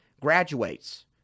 graduates